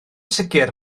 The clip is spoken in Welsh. sicr